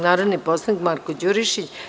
narodni poslanik Marko Đurišić.